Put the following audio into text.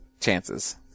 chances